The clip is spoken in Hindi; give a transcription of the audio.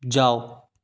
जाओ